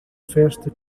festa